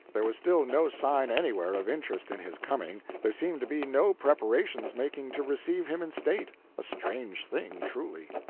there was still no sign anywhere of interest in his coming there seemed to be no preparations making to receive him in state a strange thing, truly.